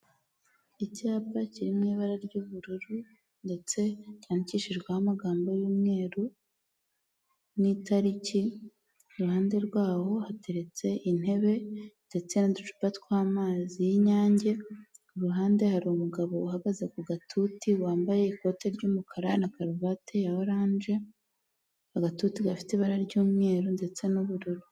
Icyapa kiri mu ibara ry'ubururu ndetse cyankishijweho amagambo y'umweru n'itariki; iruhande rwaho hateretse intebe ndetse n'uducupa tw'amazi y'inyange; ku ruhande hari umugabo uhagaze ku gatuti wambaye ikoti ry'umukara na karuvati ya oranje; agatutu gafite ibara ry'umweru ndetse n'ubururu.